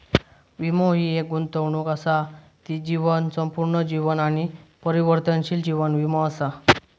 वीमो हि एक गुंतवणूक असा ती जीवन, संपूर्ण जीवन आणि परिवर्तनशील जीवन वीमो असा